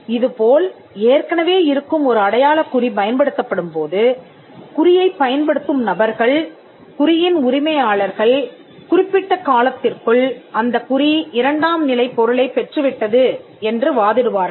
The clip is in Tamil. இது போல் ஏற்கனவே இருக்கும் ஒரு அடையாளக் குறி பயன்படுத்தப்படும்போது குறியைப் பயன்படுத்தும் நபர்கள் குறியின் உரிமையாளர்கள் குறிப்பிட்ட காலத்திற்குள் அந்தக்குறி இரண்டாம் நிலைப் பொருளைப் பெற்று விட்டது என்று வாதிடுவார்கள்